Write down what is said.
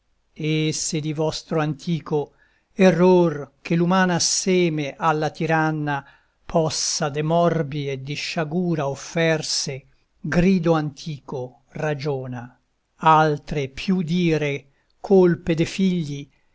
e se di vostro antico error che l'uman seme alla tiranna possa de morbi e di sciagura offerse grido antico ragiona altre più dire colpe de figli